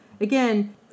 again